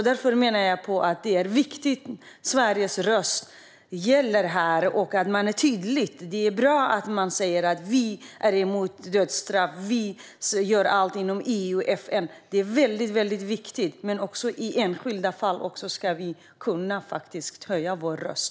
Därför menar jag att det är viktigt att Sveriges röst hörs här och att vi är tydliga. Det är bra att vi säger att vi är emot dödsstraff och att vi gör allt inom EU och FN - det är väldigt viktigt - men också i enskilda fall ska vi kunna höja vår röst.